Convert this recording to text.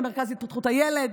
למרכז התפתחות הילד,